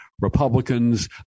Republicans